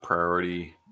priority